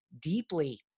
deeply